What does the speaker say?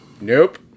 Nope